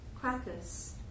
crackers